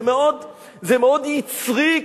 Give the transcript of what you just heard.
זה מאוד יצרי,